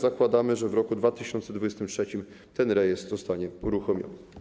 Zakładamy, że w roku 2023 ten rejestr zostanie uruchomiony.